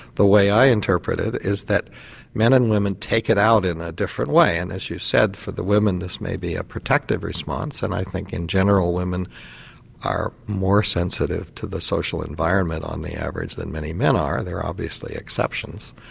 the way i interpret it is that men and women take it out in a different way and, as you said, for the women this may be a protective response and i think in general women are more sensitive to the social environment on the average than many men are, there are obviously exceptions.